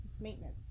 maintenance